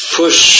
push